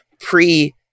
pre-